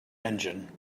engine